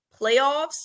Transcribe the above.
playoffs